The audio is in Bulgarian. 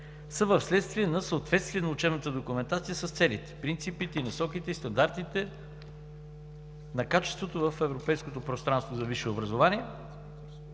са вследствие на съответствие на учебната документация с целите, принципите, насоките и стандартите на качеството в европейското пространство за висше образование.